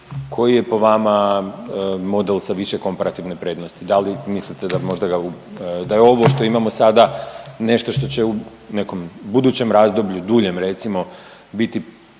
koji je po vama model sa više komparativne prednosti, da li mislite da je ovo što imamo sada nešto što će u nekom budućem razdoblju duljem recimo biti